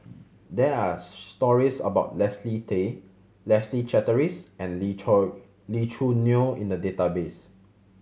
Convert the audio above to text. there are stories about Leslie Tay Leslie Charteris and Lee Lee Choo Neo in the database